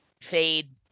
fade